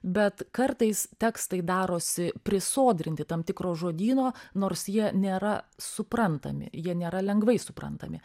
bet kartais tekstai darosi prisodrinti tam tikro žodyno nors jie nėra suprantami jie nėra lengvai suprantami